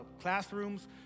classrooms